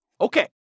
Okay